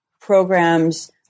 programs